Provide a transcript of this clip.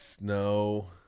No